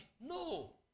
No